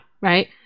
right